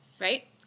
Right